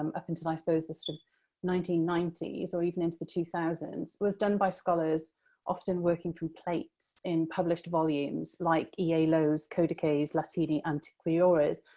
um up until, i suppose, the sort of nineteen ninety s or even into the two thousand s, was done by scholars often working from plates in published volumes like e. a. lowe's codices latini antiquiores